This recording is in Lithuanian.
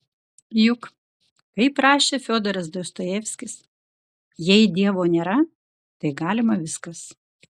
juk kaip rašė fiodoras dostojevskis jei dievo nėra tai galima viskas